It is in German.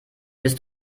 bist